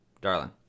darling